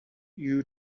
you